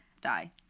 die